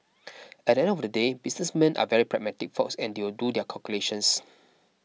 at the end of the day businessmen are very pragmatic folks and they'll do their calculations